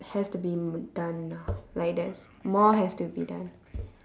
has to be done ah like there's more has to be done